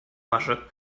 masche